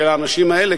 של האנשים האלה,